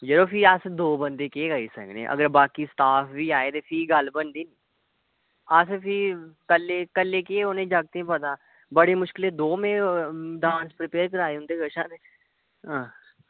यरो अस भी दो बंदे केह् करी सकने आं अगर बाकी स्टाफ बी होऐ ते भी गल्ल बनदी अस भी कल्लै केह् ओह् तुसें ई आपूं बी पता ते बड़ी मुश्कलें में दो डांस प्रिपेअर कराए इंदे कशा